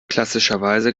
klassischerweise